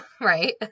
right